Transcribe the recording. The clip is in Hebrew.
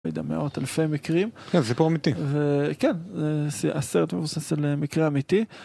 מידע מאות אלפי מקרים. כן, זה סיפור אמיתי. כן, זה הסרט מבוסס על מקרה אמיתי.